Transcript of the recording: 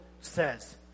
says